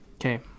Okay